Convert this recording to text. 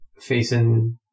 facing